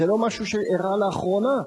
זה לא משהו שאירע לאחרונה.